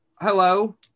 hello